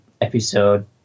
episode